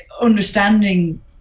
understanding